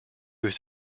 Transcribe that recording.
his